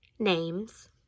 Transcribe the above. Names